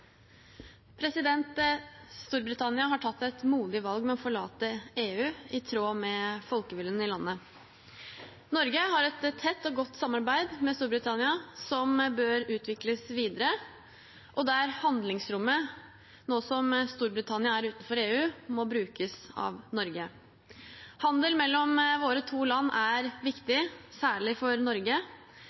Storbritannia har tatt et modig valg ved å forlate EU, i tråd med folkeviljen i landet. Norge har et tett og godt samarbeid med Storbritannia som bør utvikles videre. Det handlingsrommet, nå som Storbritannia er utenfor EU, må brukes av Norge. Handel mellom våre to land er viktig, særlig for Norge,